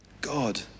God